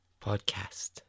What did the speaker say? podcast